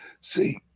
See